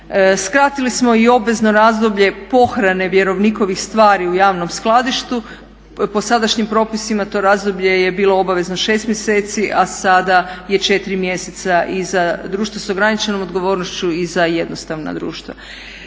Skratili smo i obvezno razdoblje pohrane vjerovnikovih stvari u javnom skladištu, po sadašnjim propisima to razdoblje je bilo obavezno 6 mjeseci, a sada je 4 mjeseca i za društva sa ograničenom odgovornošću i za jednostavna društva.